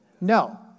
No